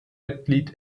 mitglied